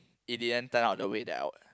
in the end turn out the way that I would